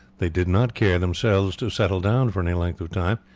they did not care, themselves, to settle down for any length of time,